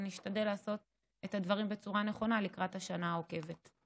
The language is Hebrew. ונשתדל לעשות את הדברים בצורה הנכונה לקראת השנה עוקבת.